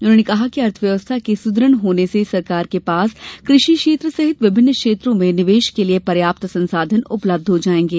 उन्होंने कहा कि अर्थव्यवस्था के सुदृढ़ होने से सरकार के पास कृषि क्षेत्र सहित विभिन्न क्षेत्रों में निवेश के लिए पर्याप्त संसाधन उपलब्ध हो जाएंगे